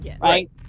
right